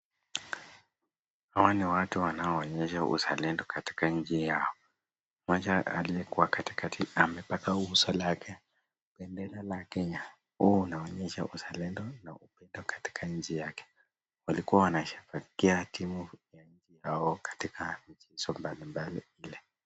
Hawa ni watu wanaonyesha uzalendo katika nchi yao. Mmoja aliyekuwa katikati amepaka uso lake bendera la kenya. Huu unaonyesha uzalendo na upendo katika nchi yake walikua wanashangilia timu ya nchi yao katika michezo mbali mbali ile.